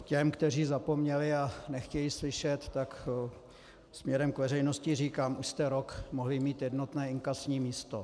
Těm, kteří zapomněli a nechtějí slyšet, tak směrem k veřejnosti říkám: Už jste rok mohli mít jednotné inkasní místo.